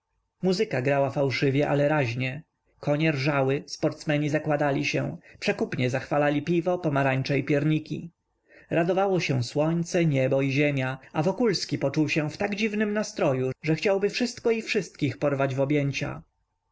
muzyka grała fałszywie ale raźnie konie rżały sportsmeni zakładali się przekupnie zachwalali piwo pomarańcze i pierniki radowało się słońce niebo i ziemia a wokulski poczuł się w tak dziwnym nastroju że chciałby wszystko i wszystkich porwać w objęcia